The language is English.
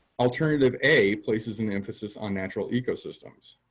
alternative a places an emphasis on natural ecosystems.